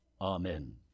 Amen